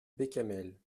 bécamel